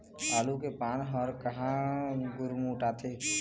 आलू के पान हर काहे गुरमुटाथे?